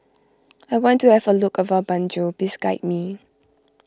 I want to have a look around Banjul please guide me